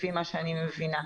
לפי מה שאני מבינה.